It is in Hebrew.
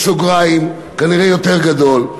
בסוגריים, כנראה יותר גדול.